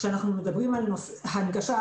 כשאנחנו מדברים על הנגשה,